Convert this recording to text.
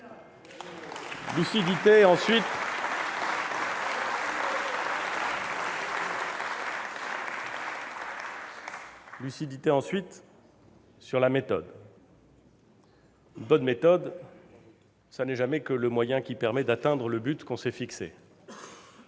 Lucidité, ensuite, sur la méthode. Une bonne méthode, ce n'est jamais que le moyen qui permet d'atteindre le but qu'on s'est fixé.